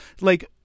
like-